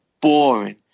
boring